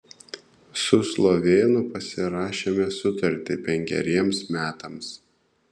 su slovėnu pasirašėme sutartį penkeriems metams